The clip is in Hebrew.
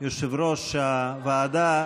יושב-ראש הוועדה,